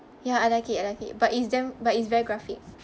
ya I like it I like it but it's damn but it's very graphic